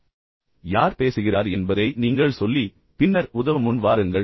எனவே யார் பேசுகிறார் என்பதை நீங்கள் சொல்லி பின்னர் உதவ முன் வாருங்கள்